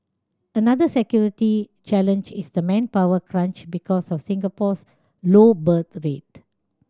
another security challenge is the manpower crunch because of Singapore's low birth rate